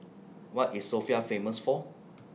What IS Sofia Famous For